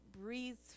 breathes